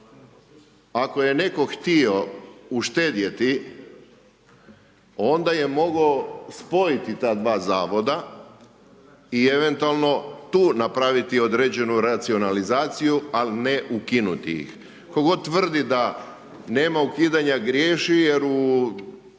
Ako je netko htio uštedjeti, onda je mogao spojiti ta dva zavoda i eventualno tu napraviti određenu racionalizaciju, ali ne ukinuti ih. Tko god tvrdi da nema ukidanja griješi, jer u